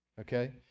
Okay